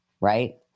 right